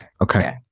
Okay